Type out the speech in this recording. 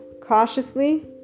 cautiously